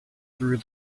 threw